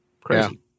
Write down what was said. Crazy